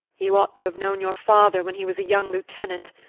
you ought to have known your father when he was a young lieutenant.